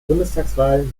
bundestagswahl